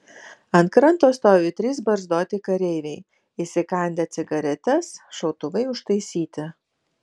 ant kranto stovi trys barzdoti kareiviai įsikandę cigaretes šautuvai užtaisyti